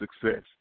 success